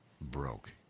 broke